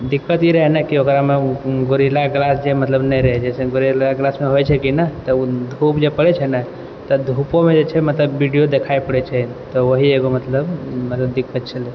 दिक्कत ई रहै ने की ओकरामे गोरिल्ला ग्लास जे मतलब नहि रहै जैसे गोरिल्ला ग्लासमे होइ छै कि जे धुप जे पड़ै छै ने तब धूपोमे विडियो देखाइ पड़ै छै तऽ वही मतलब एगो दिक्कत छलै